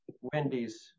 Wendy's